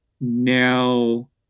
now